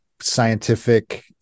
scientific